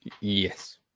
Yes